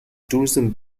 tourism